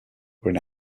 were